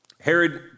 Herod